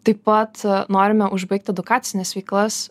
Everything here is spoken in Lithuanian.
taip pat norime užbaigt edukacines veiklas